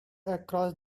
across